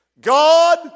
God